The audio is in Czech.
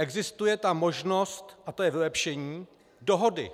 Existuje ta možnost a to je vylepšení dohody.